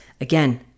again